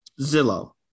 Zillow